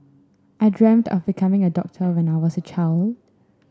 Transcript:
I dreamt of becoming a doctor when I was a child